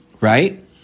right